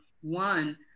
one